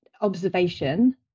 observation